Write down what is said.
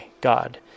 God